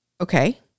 okay